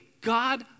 God